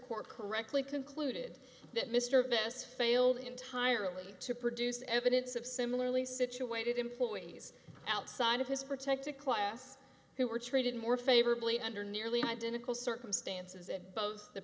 court correctly concluded that mr best failed entirely to produce evidence of similarly situated employees outside of his protected class who were treated more favorably under nearly identical circumstances it both the